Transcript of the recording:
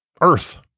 Earth